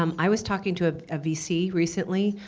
um i was talking to a vc recently,